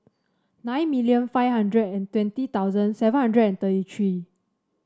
nine million five hundred and twenty thousand seven hundred and thirty three